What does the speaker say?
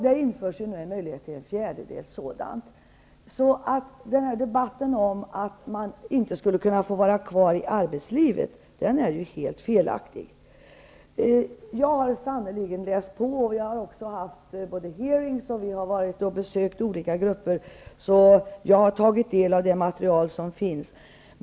Det införs ju nu en möjlighet till en fjärdedels sådant uttag. Den här debatten om att man inte skulle kunna få vara kvar i arbetslivet är alltså helt felaktig. Jag har sannerligen läst på. Vi har haft hearings, vi har besökt olika grupper, och jag har tagit del av det material som finns.